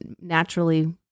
naturally